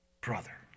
Brother